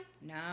No